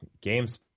Games